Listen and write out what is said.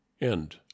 End